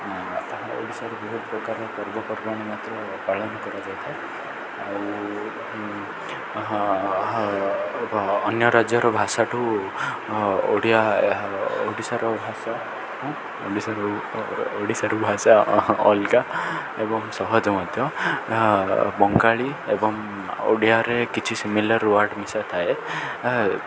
ତାହା ଓଡ଼ିଶାରେ ବହୁତ ପ୍ରକାର ପର୍ବପର୍ବାଣି ମାତ୍ର ପାଳନ କରାଯାଇଥାଏ ଆଉ ଅନ୍ୟ ରାଜ୍ୟର ଭାଷାଠୁ ଓଡ଼ିଆ ଓଡ଼ିଶାର ଭାଷା ଓଡ଼ିଶାର ଓଡ଼ିଶାର ଭାଷା ଅଲଗା ଏବଂ ସହଜ ମଧ୍ୟ ବଙ୍ଗାଳୀ ଏବଂ ଓଡ଼ିଆରେ କିଛି ସିମିଲାର୍ ୱାର୍ଡ଼ ମିଶା ଥାଏ